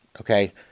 Okay